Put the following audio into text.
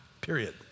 period